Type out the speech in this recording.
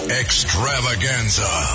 extravaganza